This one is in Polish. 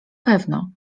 pewno